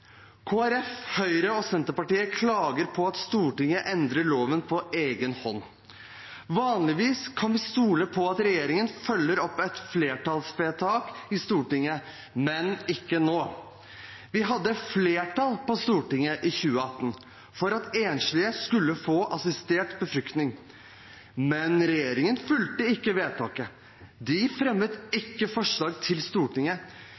Høyre og Senterpartiet klager på at Stortinget endrer loven på egen hånd. Vanligvis kan vi stole på at regjeringen følger opp et flertallsvedtak i Stortinget – men ikke nå. Vi hadde flertall på Stortinget i 2018 for at enslige skulle få assistert befruktning. Men regjeringen fulgte ikke opp vedtaket, de fremmet ikke forslag til Stortinget.